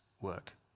work